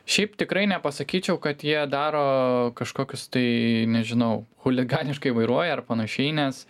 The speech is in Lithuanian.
šiaip tikrai nepasakyčiau kad jie daro kažkokius tai nežinau chuliganiškai vairuoja ar panašiai nes